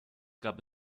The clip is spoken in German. gab